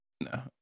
no